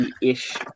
ish